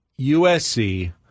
USC